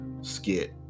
skit